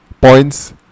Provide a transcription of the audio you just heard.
points